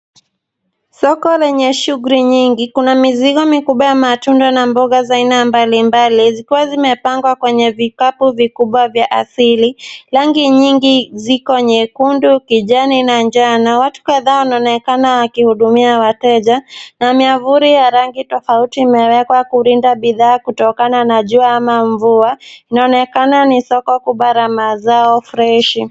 Soko lenye shughuli nyingi. Kuna mizigo mikubwa ya matunda na mboga za aina mbali mbali zikiwa zimepangwa kwenye vikapu vikubwa vya asili. Rangi nyingi ziko nyekundu, kijani na njano na watu kadhaa wanaonekana wakihudumia wateja na miavuli ya rangi tofauti imewekwa Kulinda bidhaa kutokana na jua ama mvua. Inaonekana ni soko kubwa la mazao freshi.